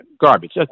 Garbage